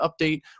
update